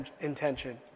intention